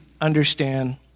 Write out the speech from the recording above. understand